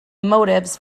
motives